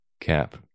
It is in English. Cap